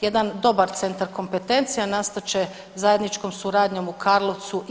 Jedan dobar centar kompetencija nastat će zajedničkom suradnjom u Karlovcu i